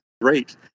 great